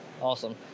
Awesome